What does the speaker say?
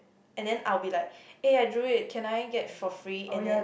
and then I'll be like eh I drew it can I get for free and then